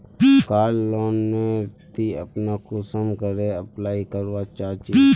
कार loan नेर ती अपना कुंसम करे अप्लाई करवा चाँ चची?